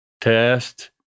test